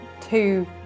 two